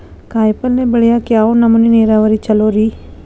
ಕಾಯಿಪಲ್ಯ ಬೆಳಿಯಾಕ ಯಾವ್ ನಮೂನಿ ನೇರಾವರಿ ಛಲೋ ರಿ?